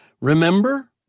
remember